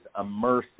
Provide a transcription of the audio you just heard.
immersive